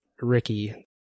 Ricky